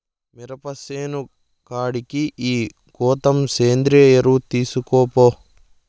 మిరప సేను కాడికి ఈ గోతం సేంద్రియ ఎరువు తీస్కపో